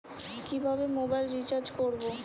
কিভাবে mobile recharge করব?